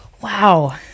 Wow